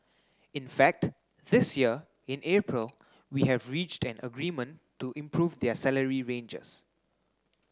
in fact this year in April we have reached an agreement to improve their salary ranges